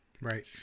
Right